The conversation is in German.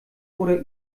oder